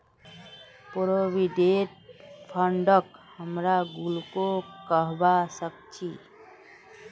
provident फंडक हमरा गुल्लको कहबा सखछी